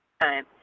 time